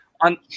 on